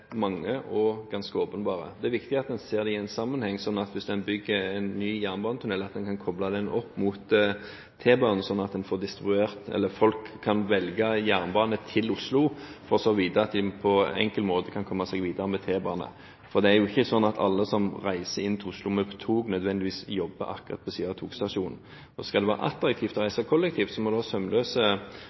mange og ganske åpenbare. Det er viktig at vi ser det i en sammenheng, sånn at en hvis en bygger en ny jernbanetunnel, kan koble den opp mot T-banen, så folk kan velge jernbane til Oslo og vite at de på en enkel måte kan komme seg videre med T-bane. For det er ikke sånn at alle som reiser inn til Oslo med tog, nødvendigvis jobber akkurat ved siden av togstasjonen. Skal det være attraktivt å reise kollektivt, må det være sømløse